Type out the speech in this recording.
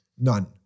none